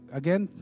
again